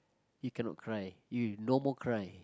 you cannot cry you no more cry